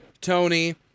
Tony